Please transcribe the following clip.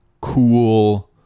cool